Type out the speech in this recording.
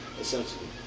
essentially